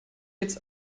jetzt